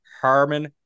Harmon